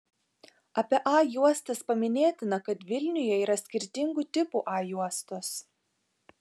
apie a juostas paminėtina kad vilniuje yra skirtingų tipų a juostos